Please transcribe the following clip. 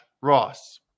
Ross